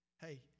hey